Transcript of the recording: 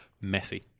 messy